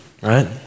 Right